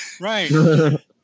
Right